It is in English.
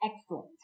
Excellent